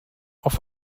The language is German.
auf